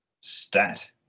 Stat